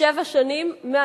שבע שנים.